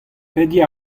pediñ